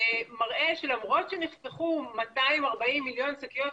שלמרות שנחסכו 240 מיליון שקיות,